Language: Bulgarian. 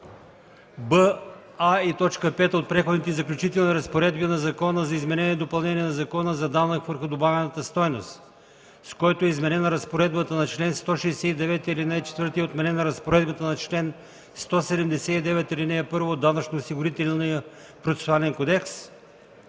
и т. 5 от Преходните и заключителни разпоредби на Закона за изменение и допълнение на Закона за данък върху добавената стойност, с който е изменена разпоредбата на чл. 169, ал. 4 и е отменена разпоредбата на чл. 179, ал. 1 от Данъчноосигурителния процесуален кодекс,